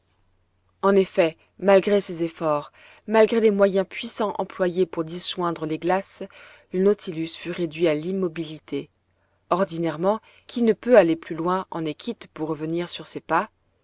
en effet malgré ses efforts malgré les moyens puissants employés pour disjoindre les glaces le nautilus fut réduit à l'immobilité ordinairement qui ne peut aller plus loin en est quitte pour revenir sur ses pas